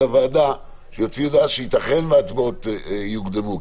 הוועדה שיוציא הודעה שייתכן שהצבעות יוקדמו.